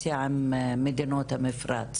ככה כשעושים נורמליזציה עם מדינות המפרץ.